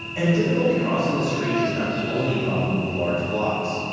and difficulty crossing the street is not the only problem with large blocks.